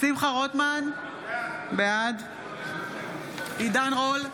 שמחה רוטמן, בעד עידן רול,